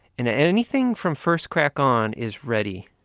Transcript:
and and anything from first crack on is ready,